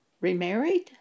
remarried